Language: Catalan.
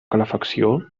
calefacció